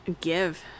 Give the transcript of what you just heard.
give